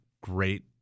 great